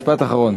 משפט אחרון.